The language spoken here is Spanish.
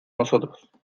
nosotros